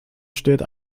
steht